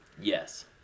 Yes